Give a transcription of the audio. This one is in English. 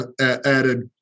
added